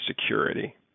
security